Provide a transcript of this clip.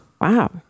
wow